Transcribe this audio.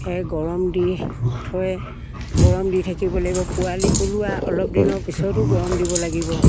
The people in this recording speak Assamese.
সেই গৰম দি থৈ গৰম দি থাকিব লাগিব পোৱালি ওলোৱা অলপ দিনৰ পিছতো গৰম দিব লাগিব